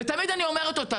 ותמיד אני אומרת אותה.